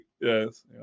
yes